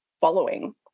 following